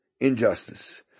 injustice